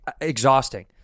exhausting